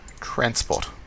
transport